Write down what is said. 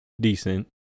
decent